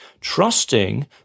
trusting